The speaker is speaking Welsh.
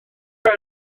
nawr